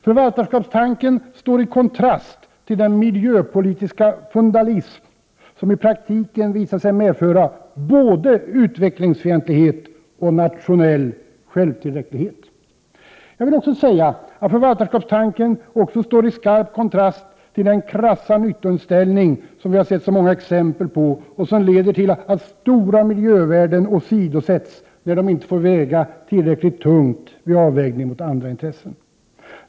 Förvaltarskapstanken står i kontrast till den miljöpolitiska fundamentalism som i praktiken visat sig medföra både utvecklingsfientlighet och nationell självtillräcklighet. Förvaltarskapstanken står i skarp kontrast till den krassa nyttoinställning som vi har sett så många exempel på och som leder till att stora miljövärden åsidosätts där de inte fått väga tillräckligt tungt vid avvägningen mot andra intressen.